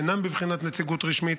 שאינם בבחינת נציגות רשמית,